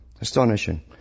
Astonishing